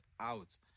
out